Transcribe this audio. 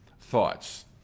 Thoughts